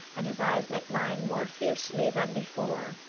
and his eyes met mine more fiercely than before.